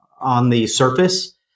on-the-surface